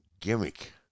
gimmick